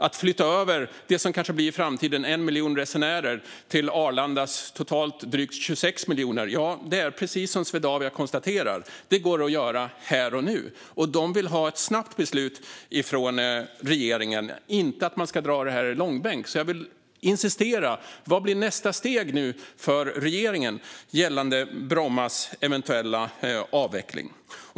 Att flytta över det som i framtiden kanske blir 1 miljon resenärer till Arlanda med totalt drygt 26 miljoner resenärer går att göra här och nu, precis som Swedavia konstaterar. Och de vill ha ett snabbt beslut från regeringen, inte att det här ska dras i långbänk. Vad blir nästa steg nu för regeringen gällande Brommas eventuella avveckling?